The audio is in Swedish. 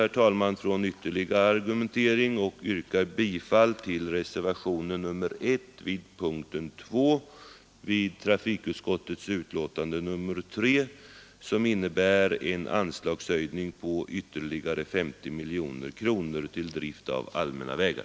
Jag avstår från ytterligare argumentering och yrkar bifall till reservationen 1 vid punkten 2 i trafikutskottets betänkande nr 3, vilken innebär en anslagshöjning på ytterligare 50 miljoner kronor till drift av allmänna vägar.